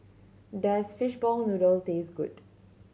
does fishball noodle taste good